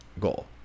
goal